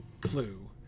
clue